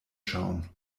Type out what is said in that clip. schauen